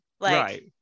Right